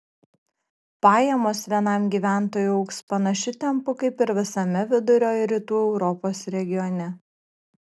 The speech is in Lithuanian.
pajamos vienam gyventojui augs panašiu tempu kaip ir visame vidurio ir rytų europos regione